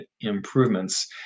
improvements